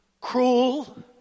cruel